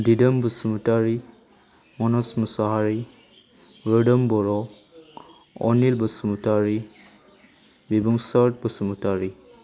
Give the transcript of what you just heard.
दिदोम बसुमतारि मनज मसाहारि रोदोम बर' अनिल बसुमतारि बिबुंसार बसुमतारि